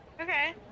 Okay